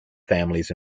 families